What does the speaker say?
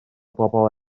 bobl